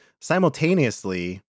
Simultaneously